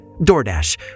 DoorDash